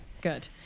good